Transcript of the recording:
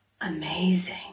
amazing